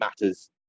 matters